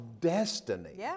destiny